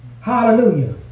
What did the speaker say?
Hallelujah